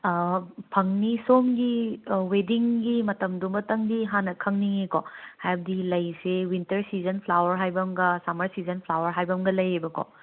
ꯑꯥ ꯐꯪꯅꯤ ꯁꯣꯝꯒꯤ ꯋꯦꯗꯤꯡꯒꯤ ꯃꯇꯝꯗꯨꯃꯇꯪꯗꯤ ꯍꯥꯟꯅ ꯈꯪꯅꯤꯡꯏꯀꯣ ꯍꯥꯏꯕꯗꯤ ꯂꯩꯁꯦ ꯋꯤꯟꯇꯔ ꯁꯤꯖꯟ ꯐ꯭ꯂꯥꯎꯋꯔ ꯍꯥꯏꯕꯝꯒ ꯁꯝꯃꯔ ꯁꯤꯖꯟ ꯐ꯭ꯂꯥꯎꯋꯔ ꯍꯥꯏꯕꯝꯒ ꯂꯩꯌꯦꯕꯀꯣ